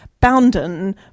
Bounden